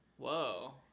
Whoa